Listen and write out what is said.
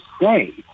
say